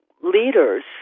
leaders